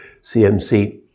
CMC